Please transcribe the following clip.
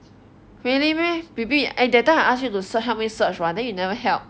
really meh baby at that time I ask you to sear~ help me search [what] then you never help